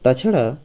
তাছাড়া